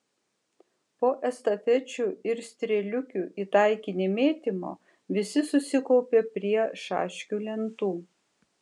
po estafečių ir strėliukių į taikinį mėtymo visi susikaupė prie šaškių lentų